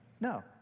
No